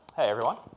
everyone.